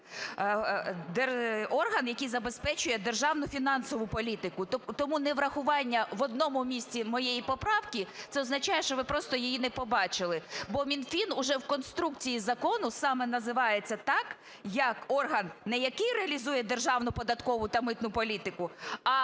"орган, який забезпечує державну фінансову політку". Тому неврахування в одному місці моєї поправки – це означає, що ви просто її не побачили. Бо Мінфін уже в конструкції закону саме називається так, як орган не який реалізує державну податкову та митну політику, а